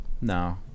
no